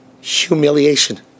humiliation